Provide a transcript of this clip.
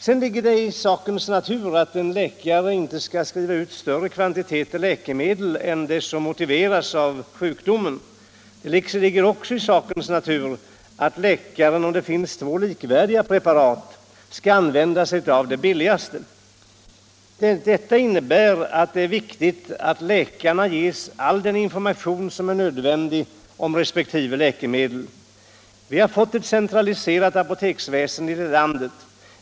Det ligger i sakens natur att en läkare inte skall skriva ut större kvantiteter läkemedel än vad som motiveras av sjukdomen. Det ligger också i sakens natur att läkaren, om det finns två likvärdiga preparat, skall använda sig av det billigaste. Detta innebär att det är viktigt att läkarna ges all den information som är nödvändig om respektive läkemedel. Vi har fått ett centraliserat apoteksväsen i landet.